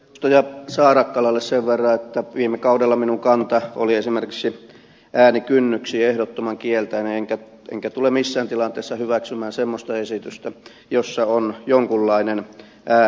edustaja saarakkalalle sen verran että viime kaudella minun kantani esimerkiksi äänikynnyksiin oli ehdottoman kielteinen enkä tule missään tilanteessa hyväksymään semmoista esitystä jossa on jonkunlainen äänikynnys